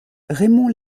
raymond